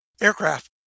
aircraft